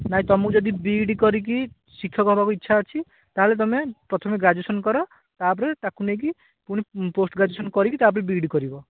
ନାହିଁ ତୁମକୁ ଯଦି ବି ଇ ଡ଼ି କରିକି ଶିକ୍ଷକ ହେବାକୁ ଇଚ୍ଛା ଅଛି ତା'ହେଲେ ତୁମେ ପ୍ରଥମେ ଗ୍ରାଜୁଏସନ୍ କର ତା'ପରେ ତାକୁ ନେଇକି ପୁଣି ପୋଷ୍ଟ ଗ୍ରାଜୁଏସନ୍ କରିକି ତା'ପରେ ବି ଇ ଡ଼ି କରିବ